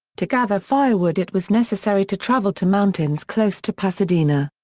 to gather firewood it was necessary to travel to mountains close to pasadena.